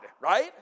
right